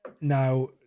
now